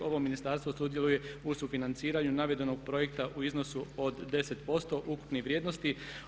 Ovo ministarstvo sudjeluje u sufinanciranju navedenog projekta u iznosu od 10% ukupne vrijednosti.